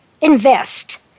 invest